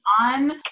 on